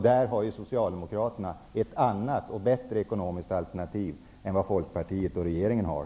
Där har Socialdemokraterna ett annat och bättre ekonomiskt alternativ än vad Folkpartiet och regeringen har.